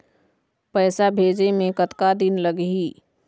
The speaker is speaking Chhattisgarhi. पैसा भेजे मे कतका दिन लगही?